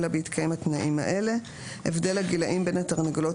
אלא בהתקיים התנאים האלה: הבדל הגילאים בין התרנגולות